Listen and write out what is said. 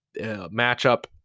matchup